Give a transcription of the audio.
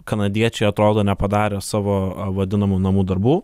kanadiečiai atrodo nepadarė savo vadinamų namų darbų